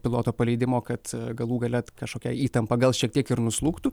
piloto paleidimo kad galų gale kažkokia įtampa gal šiek tiek ir nuslūgtų